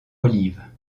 olive